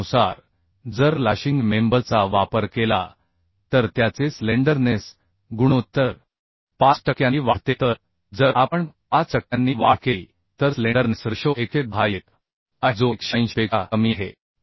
5 नुसार जर लाशिंग मेंबरचा वापर केला तर त्याचे स्लेंडरनेस गुणोत्तर 5 टक्क्यांनी वाढते तर जर आपण 5 टक्क्यांनी वाढ केली तर स्लेंडरनेस रेशो 110 येत आहे जो 180 पेक्षा कमी आहे